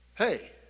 Hey